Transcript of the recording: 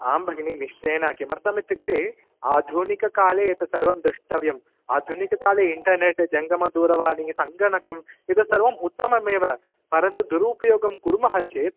आं भगिनी निश्चयेन किमर्थम् इत्युक्ते आधुनिककाले तत्सर्वम् द्रष्टव्यं आधुनिकाकले इण्टर्नेट् जङ्गमदूरवाणी सङ्गनकम् एतत् सर्वम् उत्तममेव परन्तु दुरुपयोगं कुर्मः चेत्